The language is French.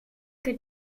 que